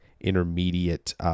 intermediate